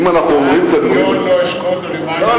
למען ציון לא אשקוט ולמען ירושלים, לא,